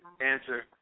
answer